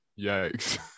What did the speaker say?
Yikes